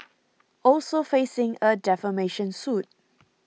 also facing a defamation suit